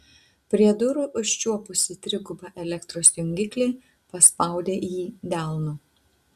prie durų užčiuopusi trigubą elektros jungiklį paspaudė jį delnu